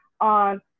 on